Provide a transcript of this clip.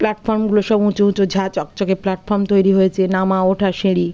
প্ল্যাটফর্মগুলো সব উঁচু উঁচু ঝাঁ চকচকে প্ল্যাটফর্ম তৈরি হয়েছে নামা ওঠা সিঁড়ি